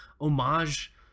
homage